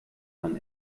ein